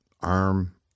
arm